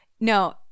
No